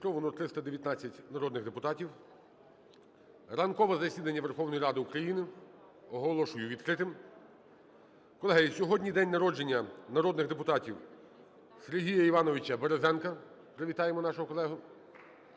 сьогодні день народження народних депутатів – Сергія Івановича Березенка. Привітаємо нашого колегу.